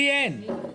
לי אין.